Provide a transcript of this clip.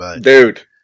Dude